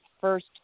first